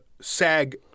SAG